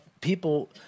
people